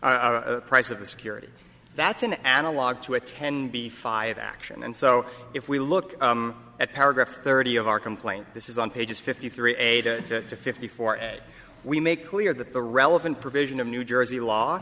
s a price of the security that's an analog to a ten b five action and so if we look at paragraph thirty of our complaint this is on pages fifty three eight fifty four ed we make clear that the relevant provision of new jersey law